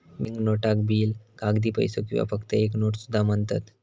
bank नोटाक bill, कागदी पैसो किंवा फक्त एक नोट सुद्धा म्हणतत